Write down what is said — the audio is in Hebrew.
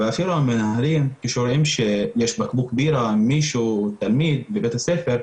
ואפילו המנהלים כשרואים שיש בקבוק בירה לתלמיד בבית הספר,